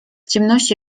ciemności